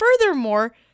furthermore